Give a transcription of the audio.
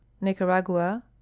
Nicaragua